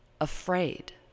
afraid